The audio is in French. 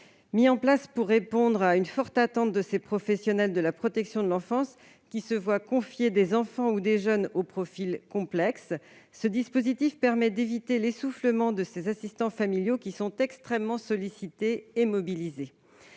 Mis en place pour répondre à une forte attente de ces professionnels de la protection de l'enfance qui se voient confiés des enfants ou des jeunes au profil complexe, ce dispositif permet d'éviter l'essoufflement de ces assistants familiaux qui sont extrêmement sollicités et mobilisés.